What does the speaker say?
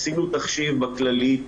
עשינו תחשיב בכללי,